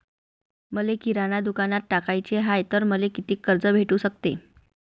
मले किराणा दुकानात टाकाचे हाय तर मले कितीक कर्ज भेटू सकते?